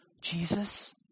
Jesus